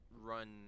run